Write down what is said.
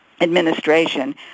administration